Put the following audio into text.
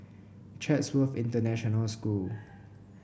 Chatsworth International School